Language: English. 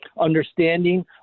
understanding